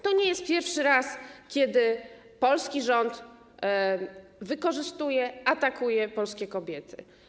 To nie jest pierwszy raz, kiedy polski rząd wykorzystuje, atakuje polskie kobiety.